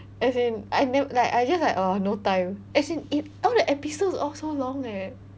as I ne~ like I just like ugh no time as in it all the episodes all so long eh